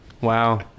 Wow